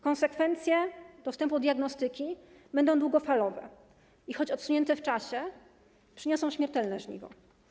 Konsekwencje braku dostępu do diagnostyki będą długofalowe i choć odsunięte w czasie, przyniosą śmiertelne żniwo.